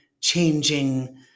changing